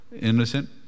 Innocent